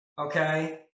okay